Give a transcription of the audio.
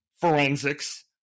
forensics